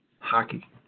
hockey